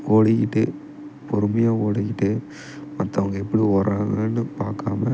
ஓடிக்கிட்டு பொறுமையாக ஓடிக்கிட்டு மற்றவங்க எப்படி ஒடுறாங்கன்னு பார்க்காம